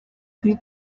kuri